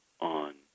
on